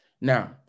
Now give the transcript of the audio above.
Now